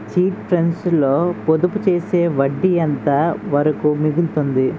Chit funds లో పొదుపు చేస్తే వడ్డీ ఎంత వరకు మిగులుతుంది?